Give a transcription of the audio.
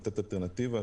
לתת אלטרנטיבה.